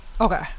okay